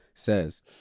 says